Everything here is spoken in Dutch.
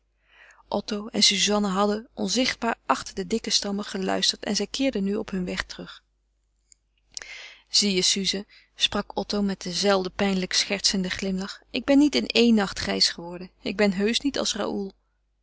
otto en suzanne hadden onzichtbaar achter de dikke stammen geluisterd en zij keerden nu op hun weg terug zie je suze sprak otto met dien zelfden pijnlijk schertsenden glimlach ik ben niet in éen nacht grijs geworden ik ben heusch niet als raoul